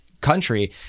country